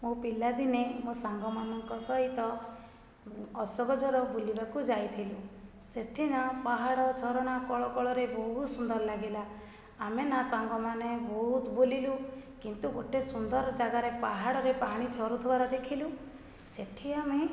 ମୁଁ ପିଲାଦିନେ ମୋ ସାଙ୍ଗମାନଙ୍କ ସହିତ ଅଶୋକଝର ବୁଲିବାକୁ ଯାଇଥିଲି ସେଠି ନା ପାହାଡ଼ ଝରଣା କଳ କଳରେ ବହୁତ୍ ସୁନ୍ଦର ଲାଗିଲା ଆମେ ନା ସାଙ୍ଗମାନେ ବହୁତ ବୁଲିଲୁ କିନ୍ତୁ ଗୋଟେ ସୁନ୍ଦର ଜାଗାରେ ପାହାଡ଼ରେ ପାଣି ଝରୁଥିବାର ଦେଖିଲୁ ସେଠି ଆମେ